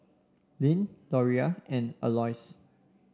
Lyn Loria and Aloys